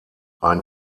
ein